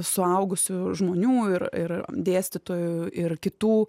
suaugusių žmonių ir ir dėstytojų ir kitų